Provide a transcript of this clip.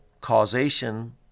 causation